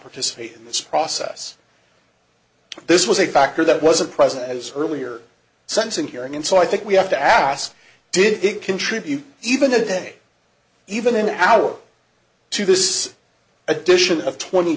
participate in this process this was a factor that wasn't present as earlier sense and hearing and so i think we have to ask did it contribute even today even in our to this edition of twenty